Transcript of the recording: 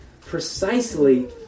precisely